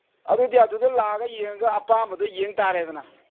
ꯑꯗꯨꯗꯤ ꯑꯗꯨꯗ ꯂꯥꯛꯑꯒ ꯌꯦꯡꯉꯒ ꯑꯄꯥꯝꯕꯗꯨ ꯌꯦꯡ ꯇꯥꯔꯦꯗꯅ